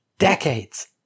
Decades